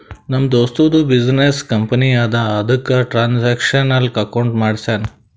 ನಮ್ ದೋಸ್ತದು business company ಅದಾ ಅದುಕ್ಕ ಟ್ರಾನ್ಸ್ಅಕ್ಷನಲ್ ಅಕೌಂಟ್ ಮಾಡ್ಸ್ಯಾನ್